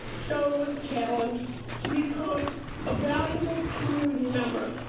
joe was challenged to become a valuable community member.